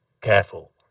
Careful